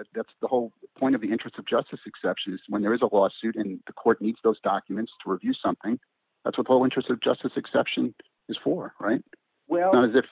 that that's the whole point of the interest of justice exceptions when there is a lawsuit in the court needs those documents to review something that's what the interest of justice exception is for right well because if